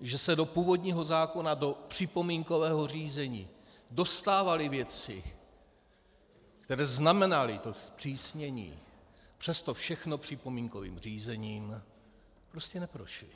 že se do původního zákona do připomínkového řízení dostávaly věci, které znamenaly to zpřísnění, přes to všechno připomínkovým řízením prostě neprošly.